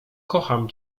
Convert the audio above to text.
kocham